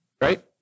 Right